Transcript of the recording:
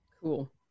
Cool